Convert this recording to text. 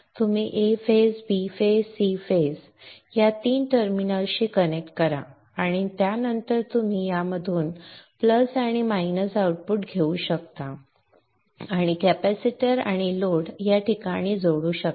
तुम्ही A phase phase phase या 3 टर्मिनल्सशी कनेक्ट करा आणि त्यानंतर तुम्ही यामधून प्लस आणि मायनस आउटपुट घेऊ शकता आणि कॅपेसिटर आणि लोड या ठिकाणी जोडू शकता